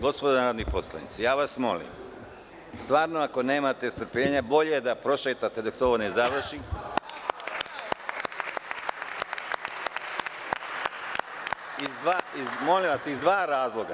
Gospodo narodni poslanici, ja vas molim, stvarno, ako nemate strpljenja, bolje je da prošetate dok se ovo ne završi iz dva razloga.